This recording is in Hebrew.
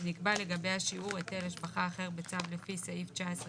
נקבע לגביה שיעור היטל השבחה אחר בצו לפי סעיף 19